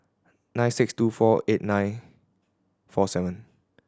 nine six two four nine eight four seven